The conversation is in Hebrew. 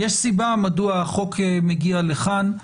יש סיבה מדוע החוק מגיע לכאן.